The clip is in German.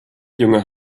junge